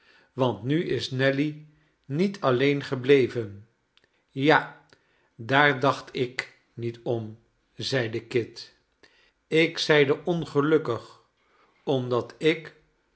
want nu is nelly niet alleen gebleven ja daar dacht ik niet om zeide kit ik zeide ongelukkig omdat ik